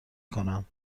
کنم